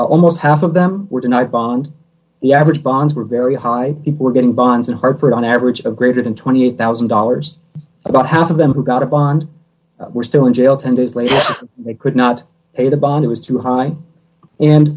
almost half of them were denied bond the average bonds were very high we're getting bonds in hartford on average of greater than twenty eight thousand dollars about half of them who got a bond were still in jail ten days later they could not pay the bond it was too high and